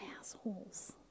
assholes